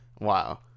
Wow